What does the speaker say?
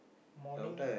morning